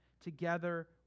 together